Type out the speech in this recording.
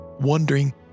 wondering